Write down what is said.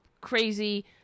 crazy